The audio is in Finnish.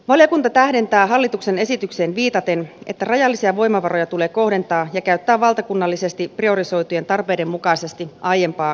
valiokunta tähdentää hallituksen esitykseen viitaten että rajallisia voimavaroja tulee kohdentaa ja käyttää valtakunnallisesti priorisoitujen tarpeiden mukaisesti aiempaa joustavammin